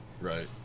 right